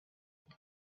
but